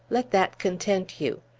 let that content you.